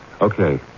Okay